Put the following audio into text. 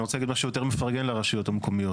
אני רוצה להגיד משהו יותר מפרגן לרשויות המקומיות.